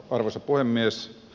arvoisa puhemies